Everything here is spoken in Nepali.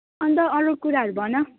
अनि त अरू कुराहरू भन